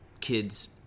kids